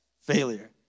failure